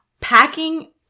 packing